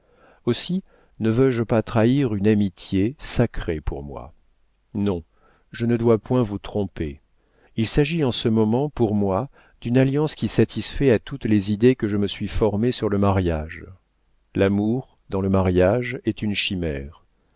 aussi ne veux-je pas trahir une amitié sacrée pour moi non je ne dois point vous tromper il s'agit en ce moment pour moi d'une alliance qui satisfait à toutes les idées que je me suis formées sur le mariage l'amour dans le mariage est une chimère